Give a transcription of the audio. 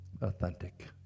authentic